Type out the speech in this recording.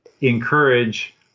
encourage